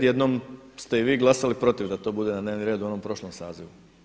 Jednom ste i vi glasali protiv da to bude na dnevnom redu u onom prošlom sazivu.